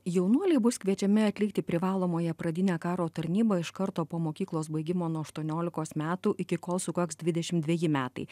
jaunuoliai bus kviečiami atlikti privalomąją pradinę karo tarnybą iš karto po mokyklos baigimo nuo aštuoniolikos metų iki kol sukaks dvidešimt dveji metai